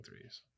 threes